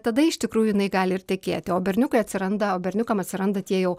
tada iš tikrųjų jinai gali ir tekėti o berniukai atsiranda o berniukam atsiranda tie jau